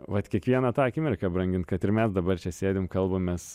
vat kiekvieną tą akimirką brangint kad ir mes dabar čia sėdim kalbamės